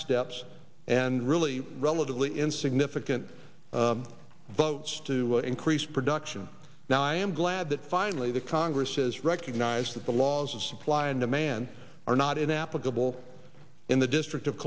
steps and really relatively insignificant votes to increase production now i am glad that finally the congress has recognized that the laws of supply and demand are not inapplicable in the district of